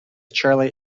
charlie